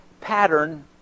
pattern